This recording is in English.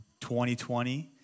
2020